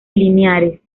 lineares